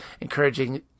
encouraging